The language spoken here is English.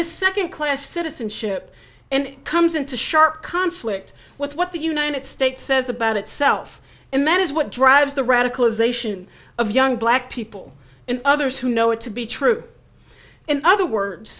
this second class citizenship and comes into sharp conflict with what the united states says about itself and man is what drives the radicalization of young black people and others who know it to be true in other words